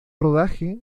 rodaje